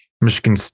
Michigan